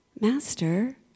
Master